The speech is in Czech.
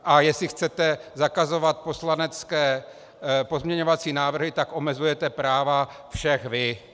A jestli chcete zakazovat pozměňovací návrhy, tak omezujete práva všech vy.